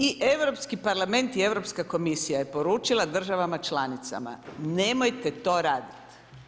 I Europski parlament i Europska komisija je poručila državama članicama, nemojte to raditi.